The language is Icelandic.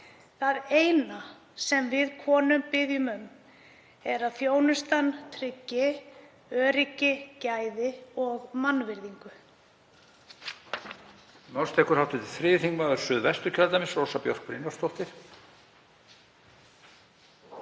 Það eina sem við konur biðjum um er að þjónustan tryggi öryggi, gæði og mannvirðingu.